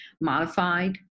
modified